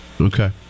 Okay